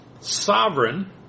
sovereign